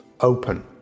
open